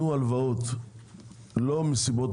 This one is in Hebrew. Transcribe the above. הלוואות לא מסיבות